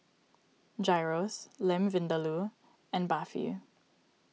Gyros Lamb Vindaloo and Barfi